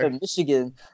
Michigan